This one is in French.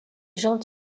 jantes